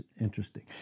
interesting